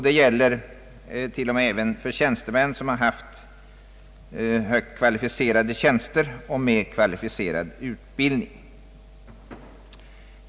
Det gäller till och med för tjänstemän med kvalificerad utbildning vilka haft högt kvalificerade tjänster.